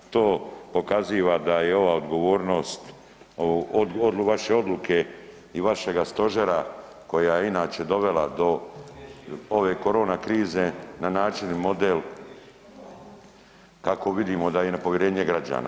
To pokaziva da je ova odgovornost vaše odluke i vašega stožera koja je inače dovela do ove korona krize na način i model kako vidimo da je i nepovjerenje građana.